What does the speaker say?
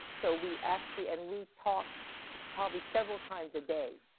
so, we actually and we talk probably several times a day,